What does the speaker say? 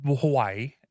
Hawaii